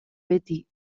beti